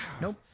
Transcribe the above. nope